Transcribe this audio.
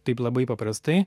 taip labai paprastai